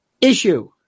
Issue